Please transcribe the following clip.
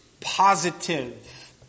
positive